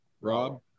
Rob